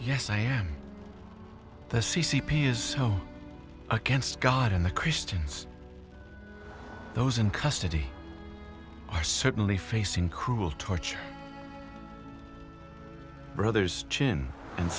yes i am the c c p is against god and the christians those in custody are certainly facing cruel torture brother's chin and